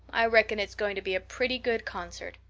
i reckon it's going to be a pretty good concert.